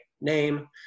name